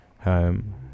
home